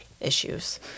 issues